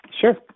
Sure